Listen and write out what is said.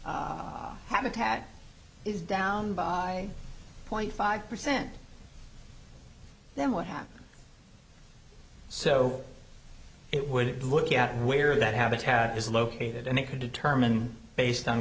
habitat is down by twenty five percent then what happened so it would look at where that habitat is located and they could determine based on